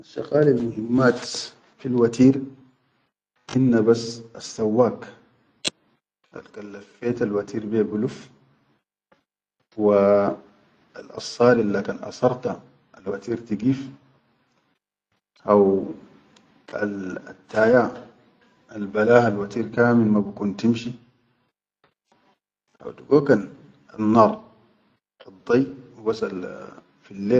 Assaqalil muhimmat fil watir hima bas assawwak alkan laffetal wateer be bilaf wa al-assari alla kan asarta al wateer tigif haw attaya al balaha kamin ke al wateer ma bikun timshi haw digo kan annar addai hubas allaa.